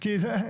כי זה,